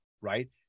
right